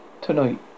tonight